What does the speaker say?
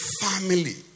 family